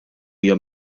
hija